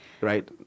Right